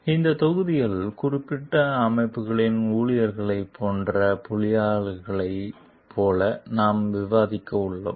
எனவே இந்த தொகுதியில் குறிப்பிட்ட அமைப்புகளின் ஊழியர்களைப் போன்ற பொறியியலாளர்களைப் போல நாம் விவாதிக்க உள்ளோம்